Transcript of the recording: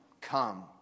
come